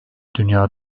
dünya